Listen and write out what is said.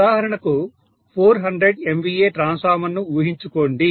ఉదాహరణకు 400 MVA transformer ను ఊహించుకోండి